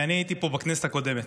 אני הייתי פה בכנסת הקודמת,